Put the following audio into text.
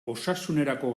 osasunerako